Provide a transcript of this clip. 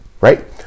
right